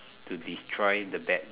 to destroy the bad